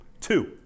Two